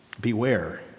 Beware